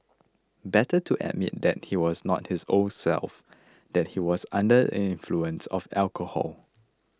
better to admit that he was not his old self that he was under the influence of alcohol